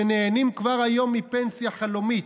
שנהנים כבר היום מפנסיה חלומית.